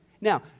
Now